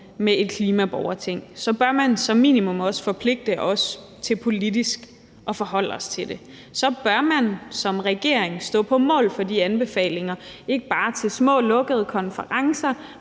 med et klimaborgerting, bør vi som minimum også forpligte os til politisk at forholde os til det; så bør man som regering stå på mål for de anbefalinger, ikke bare til små, lukkede konferencer,